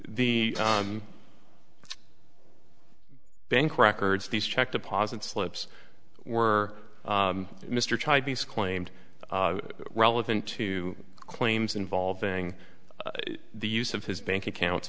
the bank records these check deposit slips were mr claimed relevant to claims involving the use of his bank accounts